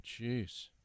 jeez